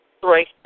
Three